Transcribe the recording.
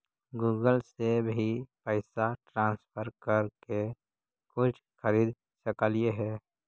Google से भी पैसा ट्रांसफर कर के कुछ खरिद सकलिऐ हे?